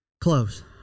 Close